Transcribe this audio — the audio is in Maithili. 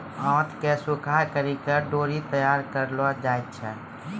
आंत के सुखाय करि के डोरी तैयार करलो जाय छै